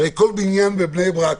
הרי כל בניין בבני ברק,